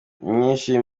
inyinshi